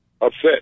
upset